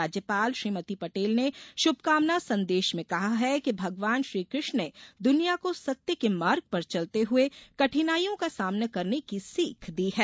राज्यपाल श्रीमती पटेल ने शुभकामना संदेश में कहा है कि भगवान श्रीकृष्ण ने दुनिया को सत्य के मार्ग पर चलते हुए कठिनाईयों का सामने करने की सीख दी है